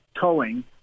towing